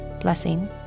blessing